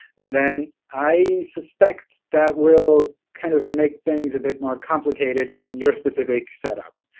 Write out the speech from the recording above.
then i suspect that will kind of make things a bit more complicated in your specific setup.